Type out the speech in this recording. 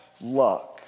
luck